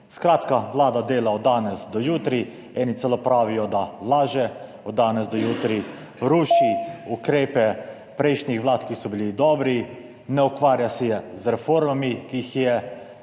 Skratka, Vlada dela od danes do jutri, eni celo pravijo, da laže od danes do jutri. / znak za konec razprave/ Ruši ukrepe prejšnjih vlad, ki so bili dobri, ne ukvarja se z reformami, ki jih je